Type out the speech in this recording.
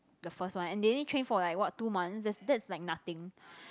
the first one and they only train for like what two months that's that's like nothing